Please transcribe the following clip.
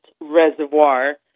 reservoir